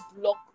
block